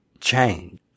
change